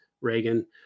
Reagan